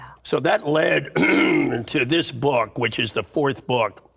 so that led and to this book, which is the fourth book,